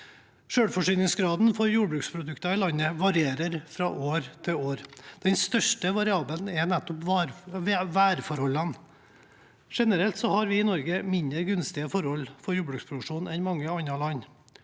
Selvforsyningsgraden for jordbruksprodukter i landet varierer fra år til år. Den største variabelen er nettopp værforholdene. Generelt har vi i Norge mindre gunstige forhold for jordbruksproduksjon enn mange andre land.